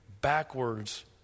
backwards